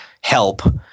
help